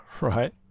right